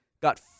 got